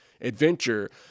adventure